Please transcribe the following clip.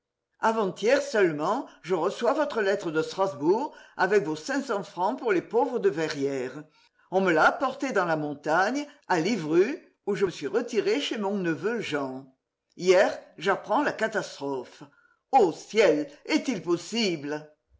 avant-hier seulement je reçois votre lettre de strasbourg avec vos cinq cents francs pour les pauvres de verrières on me l'a apportée dans la montagne à liveru où je suis retiré chez mon neveu jean hier j'apprends la catastrophe o ciel est-il possible